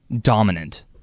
dominant